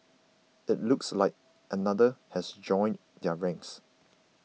it looks like another has joined their ranks